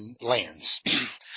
lands